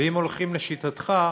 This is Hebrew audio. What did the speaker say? ואם הולכים לשיטתך,